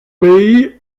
bay